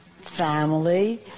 family